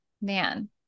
man